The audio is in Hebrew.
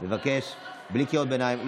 נבקש בלי קריאות ביניים.